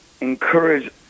encourage